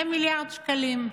2 מיליארד שקלים,